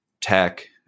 tech